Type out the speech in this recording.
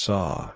Saw